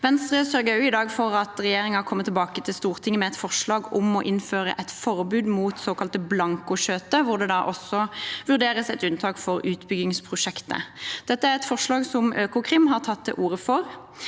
Venstre sørger i dag også for at regjeringen kommer tilbake til Stortinget med et forslag om å innføre forbud mot såkalte blankoskjøter, hvor det vurderes et unntak for utbyggingsprosjekter. Dette er et forslag Økokrim har tatt til orde for.